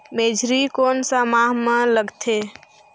मेझरी कोन सा माह मां लगथे